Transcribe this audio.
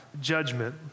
judgment